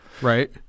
right